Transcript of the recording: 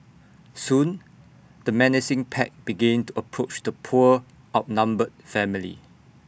soon the menacing pack begin to approach the poor outnumbered family